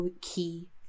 Key